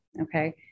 Okay